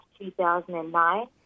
2009